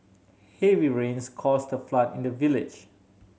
heavy rains caused a flood in the village